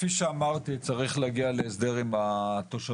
כפי שאמרתי, צריך להגיע להסדר עם התושבים.